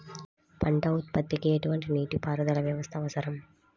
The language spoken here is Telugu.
పంట ఉత్పత్తికి ఎటువంటి నీటిపారుదల వ్యవస్థ అవసరం?